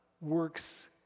works